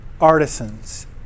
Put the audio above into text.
artisans